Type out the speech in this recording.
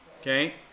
Okay